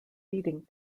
feeding